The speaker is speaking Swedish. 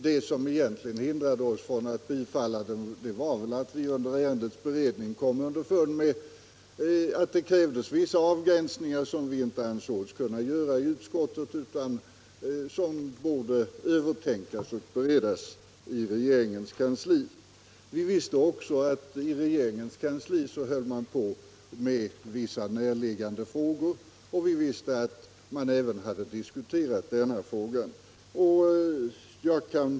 Det som egentligen hindrade oss från att bifalla den var att vi under ärendets beredning kom underfund med att det krävdes vissa avgränsningar, som vi inte ansåg oss kunna göra i utskottet, utan som borde övertänkas och beredas i regeringens kansli. Vi visste också att man i regeringens kansli höll på med vissa närliggande frågor, och vi visste att man även hade diskuterat denna fråga.